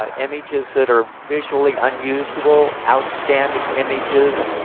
ah images that are visually unusual outstanding images.